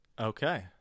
okay